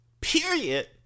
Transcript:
period